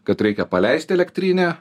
kad reikia paleist elektrinę